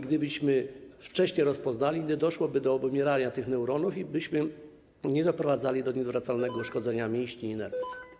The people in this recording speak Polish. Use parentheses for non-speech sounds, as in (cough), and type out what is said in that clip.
Gdybyśmy wcześnie to rozpoznali, nie doszłoby do obumierania tych neuronów i byśmy nie doprowadzali do nieodwracalnego (noise) uszkodzenia mięśni i nerwów.